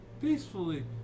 peacefully